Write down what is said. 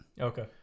Okay